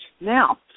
Now